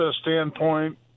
standpoint